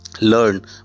Learn